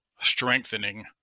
strengthening